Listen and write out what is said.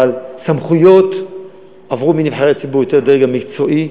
אבל סמכויות עברו מנבחרי ציבור יותר לדרג המקצועי.